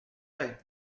vrai